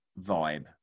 vibe